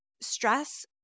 stress